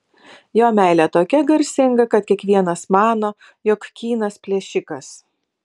jo meilė tokia garsinga kad kiekvienas mano jog kynas plėšikas